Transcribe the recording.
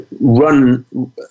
run